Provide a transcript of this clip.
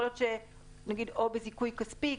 יכול להיות שצריך להיות או בזיכוי כספי,